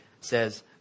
says